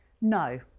No